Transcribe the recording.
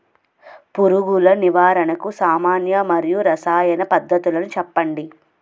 పురుగుల నివారణకు సామాన్య మరియు రసాయన పద్దతులను చెప్పండి?